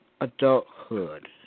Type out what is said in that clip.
adulthood